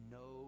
no